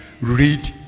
read